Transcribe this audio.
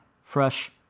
fresh